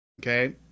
Okay